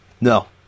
No